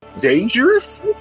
Dangerous